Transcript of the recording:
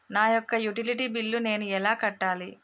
నా యొక్క utility bill నేను ఎలా కట్టాలి?